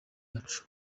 yacu